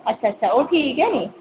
अच्छा अच्छा ओह् ठीक ऐ निं